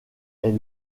est